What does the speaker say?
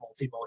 multimodal